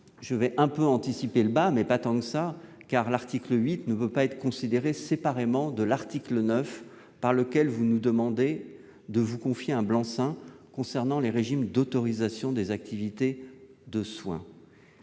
me permets d'anticiper un peu le débat, mais l'article 8 ne peut pas être considéré séparément de l'article 9, par lequel vous nous demandez de vous confier un blanc-seing concernant les régimes d'autorisation des activités de soins.